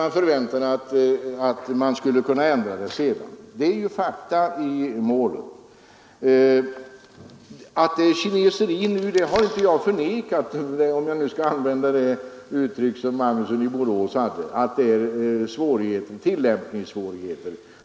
Man förväntade att ändringar skulle behöva göras senare. Det är fakta i målet. Det kineseri som förekommer, för att använda herr Magnussons i Borås uttryck, har inte jag förnekat. Det finns tillämpningssvårigheter.